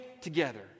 together